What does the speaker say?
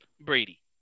brady